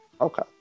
Okay